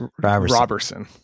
Roberson